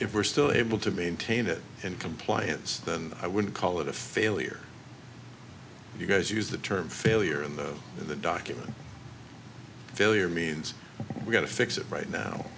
if we're still able to maintain it in compliance then i wouldn't call it a failure you guys use the term failure in that the document failure means we've got to fix it right now